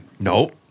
No